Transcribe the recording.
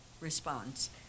response